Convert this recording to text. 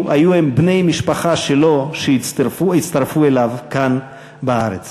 היו הם בני משפחה שלו שהצטרפו אליו כאן בארץ.